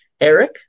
Eric